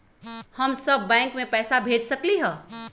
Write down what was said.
हम सब बैंक में पैसा भेज सकली ह?